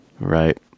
Right